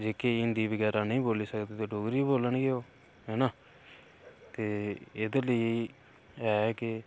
जेह्के हिंदी बगैरा नेईं बोली सकदे ते डोगरी बोलन गे ओह् है ना ते एह्दे लेई ऐ के